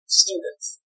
students